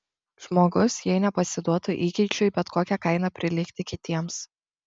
žmogus jei nepasiduotų įgeidžiui bet kokia kaina prilygti kitiems